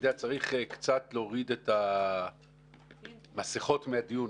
צריך קצת להוריד את המסכות מהדיון,